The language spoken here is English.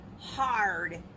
hard